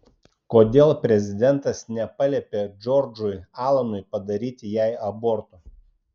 kodėl prezidentas nepaliepė džordžui alanui padaryti jai aborto